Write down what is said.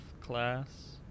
class